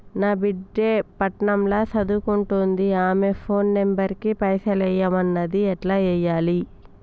నా బిడ్డే పట్నం ల సదువుకుంటుంది ఆమె ఫోన్ నంబర్ కి పైసల్ ఎయ్యమన్నది ఎట్ల ఎయ్యాలి?